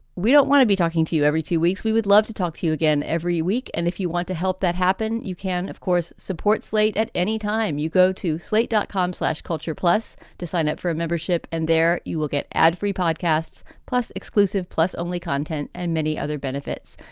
we don't want to be talking to you every two weeks. we would love to talk to you again every week. and if you want to help that happen, you can, of course, support slate at any time you go to slate dotcom slash culture plus to sign up for a membership. and there you will get ad free podcasts, plus exclusive plus only content and many other benefits.